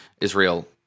Israel